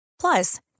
Plus